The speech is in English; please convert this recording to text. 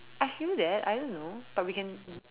ice cream there I don't know but we can